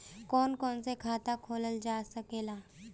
कौन कौन से खाता खोला जा सके ला?